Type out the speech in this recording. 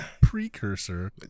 precursor